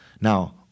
Now